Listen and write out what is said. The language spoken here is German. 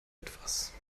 etwas